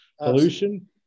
pollution